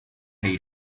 hay